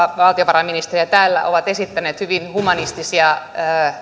valtiovarainministeri täällä ovat esittäneet hyvin humanistisia